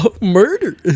murder